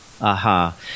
aha